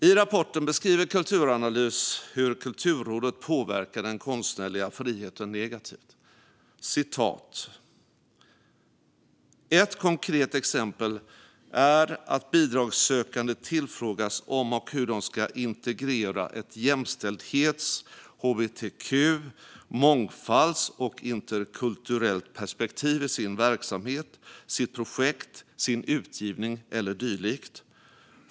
I rapporten beskriver Kulturanalys hur Kulturrådet påverkar den konstnärliga friheten negativt: "Ett konkret exempel är att bidragssökande tillfrågas om och hur de ska integrera ett jämställdhets, hbtq, mångfalds och interkulturellt perspektiv i sin verksamhet, sitt projekt, sin utgivning eller dylikt.